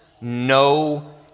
no